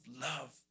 love